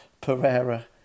Pereira